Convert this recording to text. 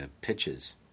pitches